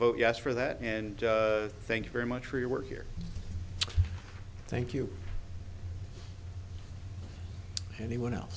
vote yes for that and thank you very much for your work here thank you anyone else